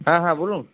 হ্যাঁ হ্যাঁ বলুন